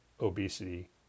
obesity